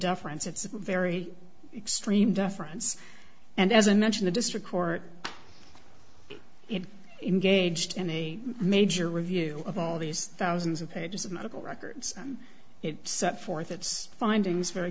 deference it's a very extreme deference and as i mention the district court it engaged in a major review of all these thousands of pages of medical records and it set forth its findings very